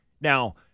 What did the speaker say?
now